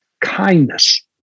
kindness